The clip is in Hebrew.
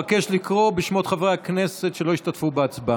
אבקש לקרוא בשמות חברי הכנסת שלא השתתפו בהצבעה.